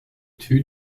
two